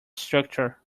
structure